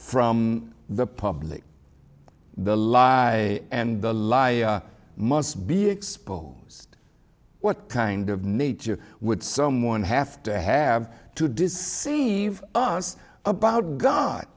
from the public the lie and the lie must be exposed what kind of nature would someone have to have to deceive us about god